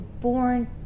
born